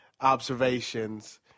observations